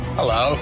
Hello